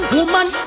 Woman